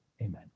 Amen